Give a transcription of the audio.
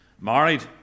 married